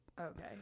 Okay